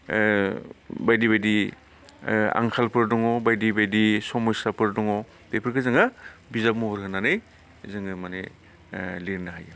बायदि बायदि आंखालफोर दङ बायदि बायदि समस्याफोर दङ बेफोरखो जोङो बिजाब महर होनानै जोङो माने लिरनो हायो